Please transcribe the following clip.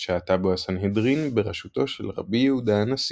עת שהתה בו הסנהדרין בראשותו של רבי יהודה הנשיא.